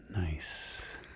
Nice